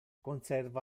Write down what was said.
conserva